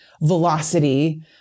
velocity